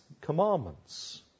commandments